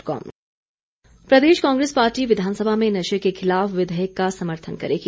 कांग्रेस प्रदेश कांग्रेस पार्टी विधानसभा में नशे के खिलाफ विधेयक का समर्थन करेगी